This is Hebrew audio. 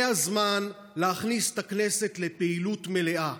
זה הזמן להכניס את הכנסת לפעילות מלאה,